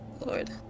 Lord